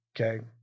Okay